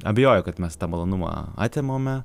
abejoju kad mes tą malonumą atimame